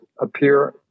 appear